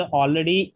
already